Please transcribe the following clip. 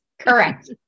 correct